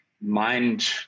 mind